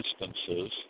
instances